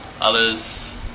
Others